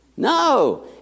No